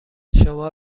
شما